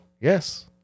yes